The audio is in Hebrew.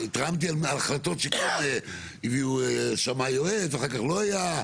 ההחלטות שכן הביאו שמאי יועץ ואחר כך לא היה,